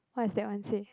what is that one say